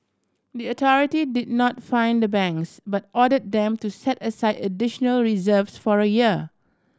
the authority did not fine the banks but order them to set aside additional reserves for a year